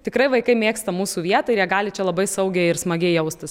tikrai vaikai mėgsta mūsų vietą ir jie gali čia labai saugiai ir smagiai jaustis